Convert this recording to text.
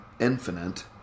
infinite